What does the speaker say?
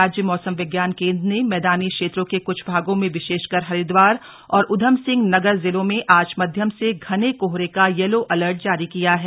राज्य मौसम विज्ञान केंद्र ने मैदानी क्षेत्रों के कुछ भागों में विशेषकर हरिद्वार और उधमसिंह नगर जिलों में आज मध्यम से घने कोहरे का येलो अलर्ट जारी किया है